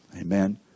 Amen